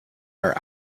are